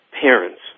parents